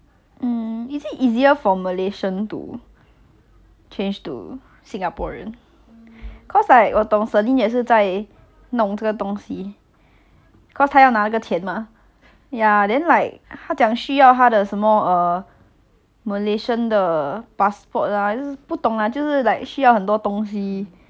cause like 我懂 celine 也是在弄这个东西 cause 她要拿那个钱吗 ya then like 她讲需要她的什么 err malaysian 的 passport lah 不懂啦就是 like 需要很多东西 then 弄今年要弄完要不然 we she won't get the money already